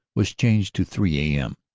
was changed to three a m,